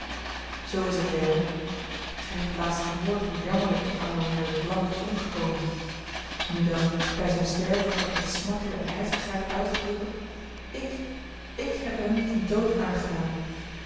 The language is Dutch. zoo is het leo gij hebt laatst gehoord hoe jammerlijk die arme harry blount is omgekomen nu dan bij zijn sterven had ik met smartelijke heftigheid uitgeroepen ik ik heb hem den dood aangedaan